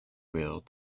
will